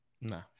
No